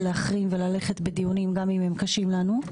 להחרים וללכת מדיונים גם אם הם קשים לנו.